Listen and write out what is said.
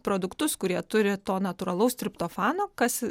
produktus kurie turi to natūralaus triptofano kas